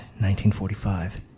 1945